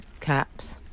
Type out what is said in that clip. caps